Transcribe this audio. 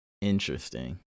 interesting